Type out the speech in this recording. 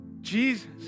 Jesus